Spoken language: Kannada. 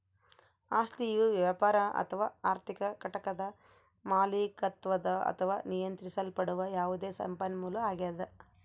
ಆಸ್ತಿಯು ವ್ಯಾಪಾರ ಅಥವಾ ಆರ್ಥಿಕ ಘಟಕದ ಮಾಲೀಕತ್ವದ ಅಥವಾ ನಿಯಂತ್ರಿಸಲ್ಪಡುವ ಯಾವುದೇ ಸಂಪನ್ಮೂಲ ಆಗ್ಯದ